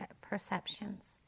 perceptions